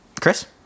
Chris